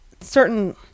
certain